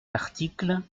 l’article